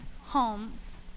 homes